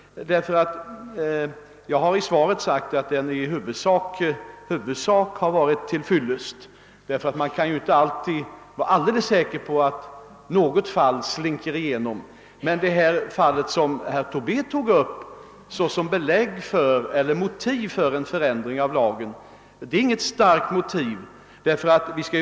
Jag har i svaret sagt att den är i huvudsak till fyllest — man kan ju inte alltid vara helt säker på att något fall slinker igenom. Det fall som herr Tobé tog upp såsom motiv för en förändring av lagen utgör inget starkt motiv.